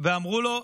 ואמרו לו,